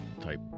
type